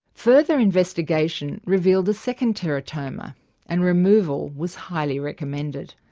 further investigation revealed a second teratoma and removal was highly recommended.